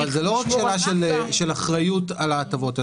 אבל זאת לא רק שאלה של אחריות על ההטבות.